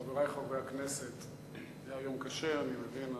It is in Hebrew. חברי חברי הכנסת, היה יום קשה, אני מבין.